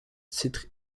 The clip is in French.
titre